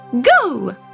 Go